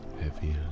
heavier